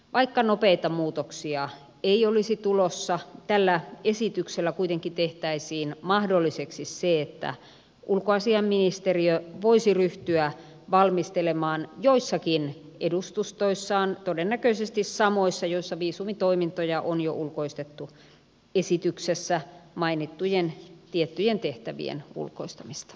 vaikka nopeita muutoksia ei olisi tulossa tällä esityksellä kuitenkin tehtäisiin mahdolliseksi se että ulkoasiainministeriö voisi ryhtyä valmistelemaan joissakin edustustoissaan todennäköisesti samoissa joissa viisumitoimintoja on jo ulkoistettu esityksessä mainittujen tiettyjen tehtävien ulkoistamista